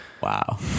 Wow